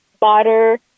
butter